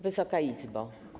Wysoka Izbo!